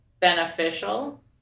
beneficial